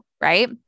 Right